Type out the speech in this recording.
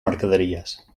mercaderies